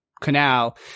canal